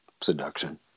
seduction